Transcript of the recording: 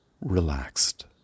relaxed